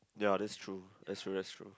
ya that's true that's true that's true